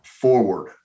forward